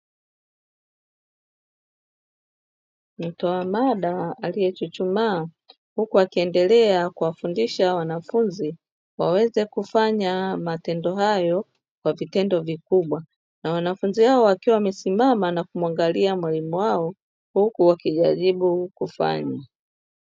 Mtoa mada aliyechuchumaa, huku akiendelea kuwafundisha wanafunzi waweze kufanya matendo hayo kwa vitendo vikubwa, na wanafunzi hao wakiwa wamesimama na kumwangalia mwalimu wao huku wakijaribu kufanya.